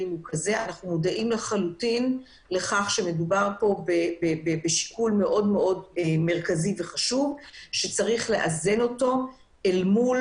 אנחנו מודעים לחלוטין לכך שמדובר בשיקול מרכזי שצריך לאזן אותו אל מול